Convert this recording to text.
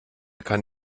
kann